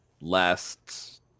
last